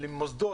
עם מוסדות,